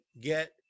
get